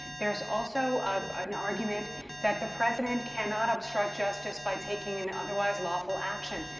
there's also um an argument that the president cannot obstruct justice by taking an otherwise lawful action,